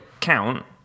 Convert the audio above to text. count